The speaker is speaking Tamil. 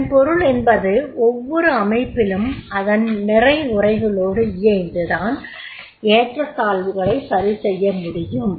இதன் பொருள் என்பது ஒவ்வொரு அமைப்பிலும் அதன் நிறை குறைகளோடு இயைந்து தான் அதன் ஏற்றத்தாழ்வுகளை சரிசெய்ய முடியும்